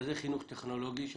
מרכזי החינוך הטכנולוגי זה